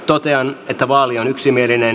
totean että vaali on yksimielinen